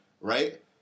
right